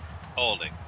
Holding